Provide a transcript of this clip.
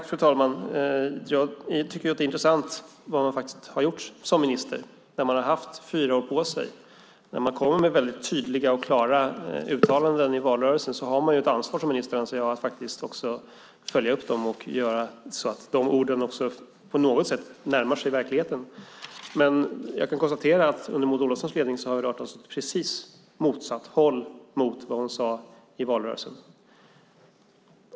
Fru talman! Det är intressant att se vad man faktiskt gjort som minister när man haft fyra år på sig. När man i valrörelsen kommer med tydliga och klara uttalanden anser jag att man som minister har ett ansvar att också följa upp dem och se till att orden på något sätt närmar sig verkligheten. Jag kan konstatera att under Maud Olofssons ledning har vi rört oss åt rakt motsatt håll jämfört med vad hon sade i valrörelsen.